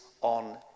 on